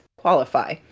qualify